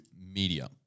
media